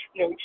no